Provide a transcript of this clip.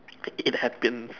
it it happens